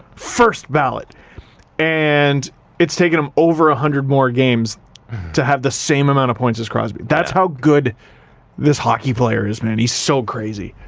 first-ballot and it's taken him over a hundred more games to have the same amount of points as crosby. that's how good this hockey player has been, and he's so crazy.